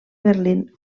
berlín